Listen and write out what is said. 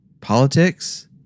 politics